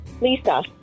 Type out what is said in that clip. Lisa